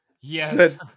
Yes